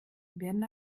werden